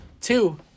Two